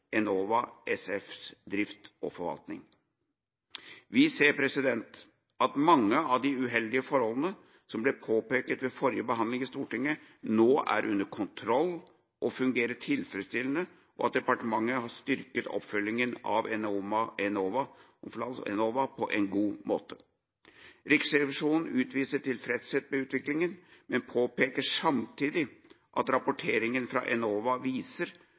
forvaltning. Vi ser at mange av de uheldige forholdene som ble påpekt etter forrige behandling i Stortinget, nå er under kontroll og fungerer tilfredsstillende, og at departementet har styrket oppfølginga av Enova på en god måte. Riksrevisjonen utviser tilfredshet med utviklinga, men påpeker samtidig at rapporteringa fra Enova viser